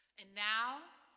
and now,